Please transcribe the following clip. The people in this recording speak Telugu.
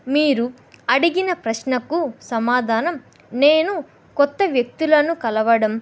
మీరు అడిగిన ప్రశ్నకు సమాధానం నేను కొత్త వ్యక్తులను కలవడం